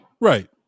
Right